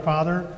Father